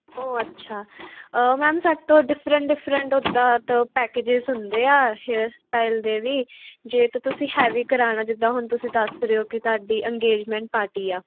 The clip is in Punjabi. ਓ ਅੱਛਾ ਮੈਮ ਸਾਡੇ ਕੋਲ ਡਿਫਰੈਂਟ ਡਿਫਰੈਂਟ ਉੱਦਾਂ ਤੋਂ ਪੈਕਜਿਸ ਹੁੰਦੇ ਆ ਹੇਅਰ ਸਟਾਈਲ ਦੇ ਬਈ ਜੇ ਤਾਂ ਤੁਸੀਂ ਹੈਵੀ ਕਰਾਉਣਾ ਜਿੱਦਾਂ ਹੁਣ ਤੁਸੀਂ ਦੱਸ ਰਹੇ ਹੋ ਕਿ ਤੁਹਾਡੀ ਇੰਗੇਜਮੈਂਟ ਪਾਰਟੀ ਆ